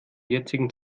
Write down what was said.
jetzigen